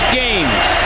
games